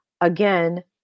again